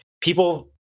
people